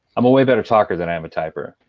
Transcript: i'm a way better talker than i am a typer.